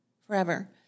forever